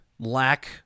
lack